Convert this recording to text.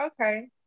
Okay